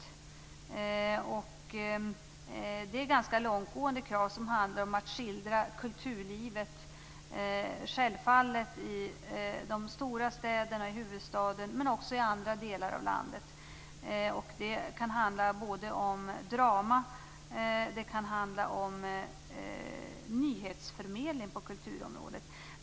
Det är då fråga om ganska långtgående krav. Självfallet handlar kraven om att skildra kulturlivet i de stora städerna, i huvudstaden och också i andra delar av landet. Det kan gälla både drama och nyhetsförmedling på kulturområdet.